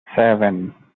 seven